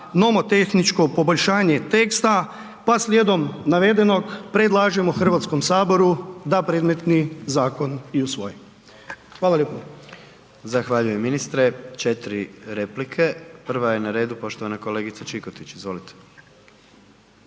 nomotehničko poboljšanje teksta, pa slijedom navedenog predlažemo HS da predmetni zakon i usvoji. Hvala lijepo. **Jandroković, Gordan (HDZ)** Zahvaljujem ministre, 4 replike, prva je na redu poštovana kolegica Čikotić, izvolite.